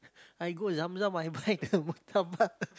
I go Zam Zam I buy the Murtabak